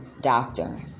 doctor